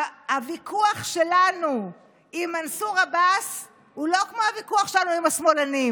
הוויכוח שלנו עם מנסור עבאס הוא לא כמו הוויכוח שלנו עם השמאלנים.